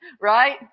right